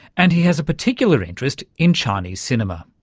and he has a particular interest in chinese cinema.